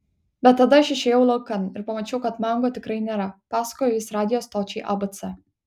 bet tada aš išėjau laukan ir pamačiau kad mango tikrai nėra pasakojo jis radijo stočiai abc